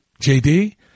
JD